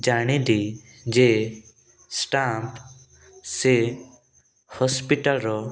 ଜାଣିଲି ଯେ ଷ୍ଟାମ୍ପ ସେ ହସ୍ପିଟାଲର